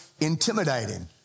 intimidating